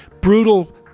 brutal